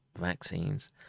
vaccines